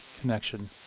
connection